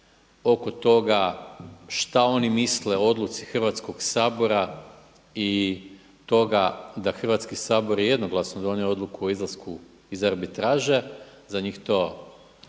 oko toga šta oni misle o odluci Hrvatskog sabora i toga da Hrvatski sabor je jednoglasno donio odluku o izlasku iz arbitraže, za njih to ne